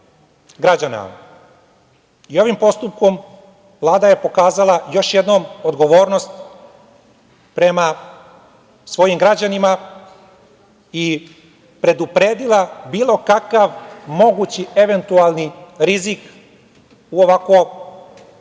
građana. Ovim postupkom Vlada je pokazala još jednom odgovornost prema svojim građanima i predupredila bilo kakav mogući eventualni rizik u ovako složenoj